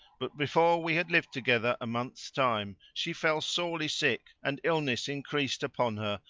but before we had lived together a month's time she fell sorely sick and illness increased upon her,